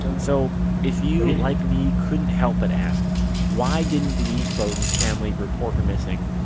so if you like me couldn't help but ask why didn't denise boudin's family report her missing?